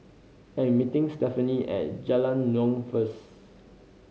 I am meeting Stefani at Jalan Naung first